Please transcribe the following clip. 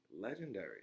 Legendary